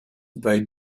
they